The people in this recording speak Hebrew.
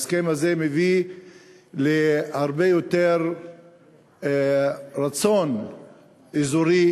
ההסכם הזה מביא להרבה יותר רצון אזורי